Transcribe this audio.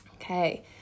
Okay